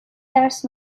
درس